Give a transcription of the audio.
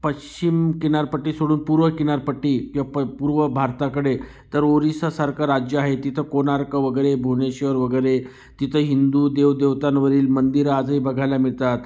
पश्चिम किनारपट्टी सोडून पूर्व किनारपट्टी किंवा प पूर्व भारताकडे तर ओरिसासारखं राज्य आहे तिथं कोणार्क वगैरे भुवनेश्वर वगैरे तिथं हिंदू देवदेवतांवरील मंदिरं आजही बघायला मिळतात